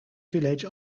village